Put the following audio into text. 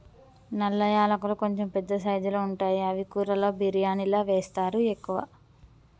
నల్ల యాలకులు కొంచెం పెద్ద సైజుల్లో ఉంటాయి అవి కూరలలో బిర్యానిలా వేస్తరు ఎక్కువ